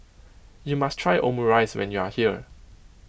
you must try Omurice when you are here